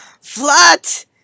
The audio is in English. FLAT